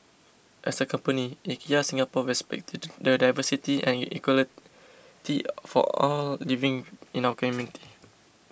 as a company IKEA Singapore respects the diversity and equality for all living in our community